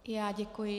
I já děkuji.